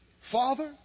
Father